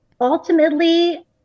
ultimately